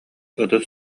ытыс